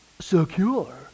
secure